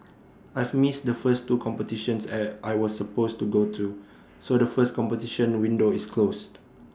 I've missed the first two competitions I I was supposed to go to so the first competition window is closed